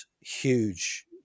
huge